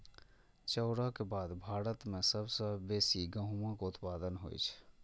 चाउरक बाद भारत मे सबसं बेसी गहूमक उत्पादन होइ छै